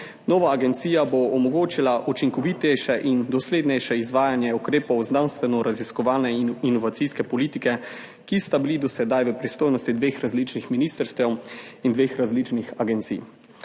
Nova agencija bo omogočila učinkovitejše in doslednejše izvajanje ukrepov znanstvenoraziskovalne in inovacijske politike, ki sta bili do sedaj v pristojnosti dveh različnih ministrstev in dveh različnih agencij.